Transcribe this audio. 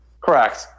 Correct